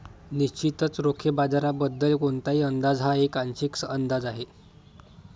निश्चितच रोखे बाजाराबद्दल कोणताही अंदाज हा एक आंशिक अंदाज आहे